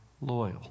loyal